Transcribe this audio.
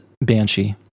Banshee